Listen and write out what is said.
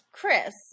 Chris